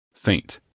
Faint